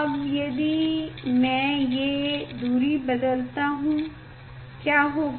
अब यदि मैं ये दूरी बदलता हूँ क्या होगा